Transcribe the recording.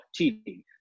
TV